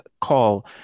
call